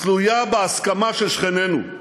תלויה בהסכמה של שכנינו?